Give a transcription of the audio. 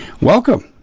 Welcome